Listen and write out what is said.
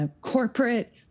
Corporate